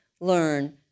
learn